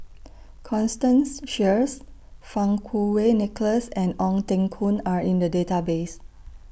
Constance Sheares Fang Kuo Wei Nicholas and Ong Teng Koon Are in The Database